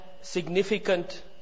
significant